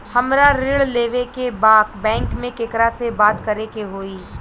हमरा ऋण लेवे के बा बैंक में केकरा से बात करे के होई?